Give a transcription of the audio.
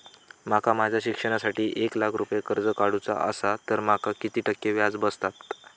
माका माझ्या शिक्षणासाठी एक लाख रुपये कर्ज काढू चा असा तर माका किती टक्के व्याज बसात?